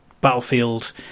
Battlefield